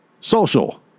Social